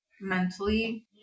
mentally